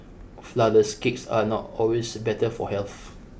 flourless cakes are not always better for health